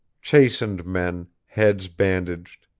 chastened men, heads bandaged,